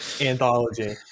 anthology